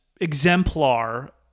exemplar